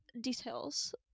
details